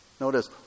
Notice